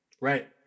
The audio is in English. Right